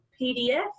PDF